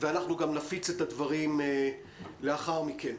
ואנחנו גם נפיץ את הדברים לאחר מכן.